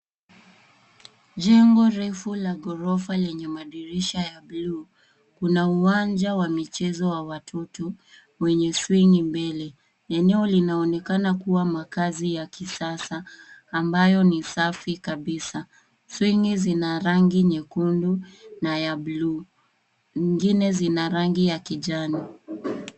Jengo refu la ghorofa yenye madirisha ya bluu. Kuna uwanja wa michezo wa watoto wenye swing mbele. Eneo linaonekana kuwa makazi ya kisasa ambayo ni safi kabisa. Swing zina rangi nyekundu na ya bluu. Zingine zina rangi ya kijani.